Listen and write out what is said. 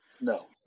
No